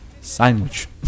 Sandwich